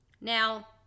Now